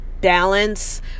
balance